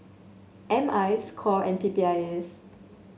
M I Score and P P I S